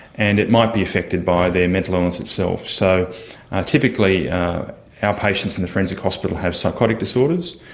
and it might be affected by their mental illness itself. so typically our patients in the forensic hospital have psychotic disorders,